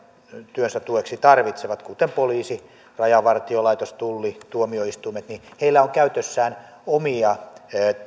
työnsä tueksi tarvitsevat kuten poliisi rajavartiolaitos tulli tuomioistuimet on käytössään omia